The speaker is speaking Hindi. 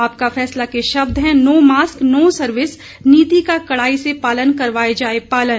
आपका फैसला के शब्द है नो मास्क नो सर्विस नीति का कड़ाई से करवाया जाए पालन